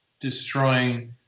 destroying